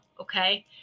okay